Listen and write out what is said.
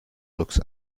looks